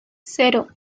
cero